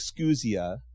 excusia